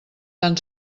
tan